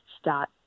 start